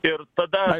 ir tada